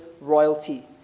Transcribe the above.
royalty